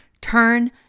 Turn